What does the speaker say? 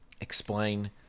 explain